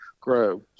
grow